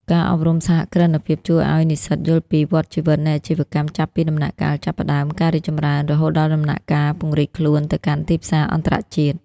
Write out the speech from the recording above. ការអប់រំសហគ្រិនភាពជួយឱ្យនិស្សិតយល់ពី "វដ្តជីវិតនៃអាជីវកម្ម" ចាប់ពីដំណាក់កាលចាប់ផ្ដើម ការរីកចម្រើន រហូតដល់ដំណាក់កាលពង្រីកខ្លួនទៅកាន់ទីផ្សារអន្តរជាតិ។